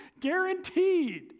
guaranteed